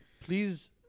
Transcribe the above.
Please